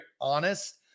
honest